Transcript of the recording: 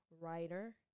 Writer